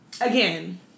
Again